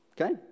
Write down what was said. Okay